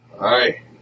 Hi